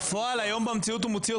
בפועל היום במציאות הוא מוציא אותך.